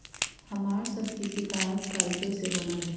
हमर सभके किताब कागजे से बनल हइ